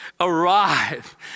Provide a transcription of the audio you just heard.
arrive